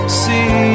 see